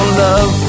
love